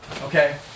Okay